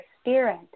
spirit